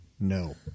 No